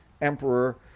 emperor